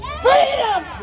Freedom